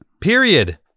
period